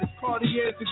Cartier's